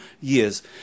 years